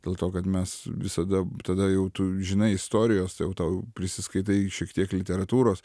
dėl to kad mes visada tada jau tu žinai istorijos jau tau prisiskaitai šiek tiek literatūros